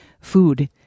food